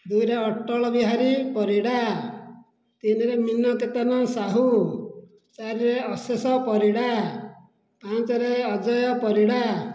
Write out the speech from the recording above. ଦୁଇରେ ଅଟଳ ବିହାରୀ ପରିଡ଼ା ତିନିରେ ମୀନକେତନ ସାହୁ ଚାରିରେ ଅଶେଷ ପରିଡ଼ା ପାଞ୍ଚରେ ଅଜୟ ପରିଡ଼ା